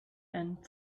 and